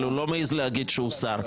אבל הוא לא מעז להגיד שהוא שר,